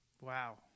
Wow